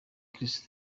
christo